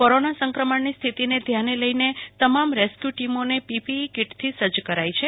corona સંક્રમણની સ્થિતિને ધ્યાને લઇને તમામ રેસ્ક્યુ ટીમોને પીપીઇ કીટથી સજ્જ કરાઇ છે